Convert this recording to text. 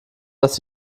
dass